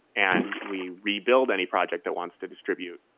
and we rebuild any project that wants to distribute,